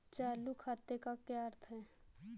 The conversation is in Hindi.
चालू खाते का क्या अर्थ है?